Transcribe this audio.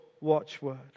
watchword